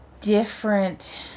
different